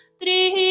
three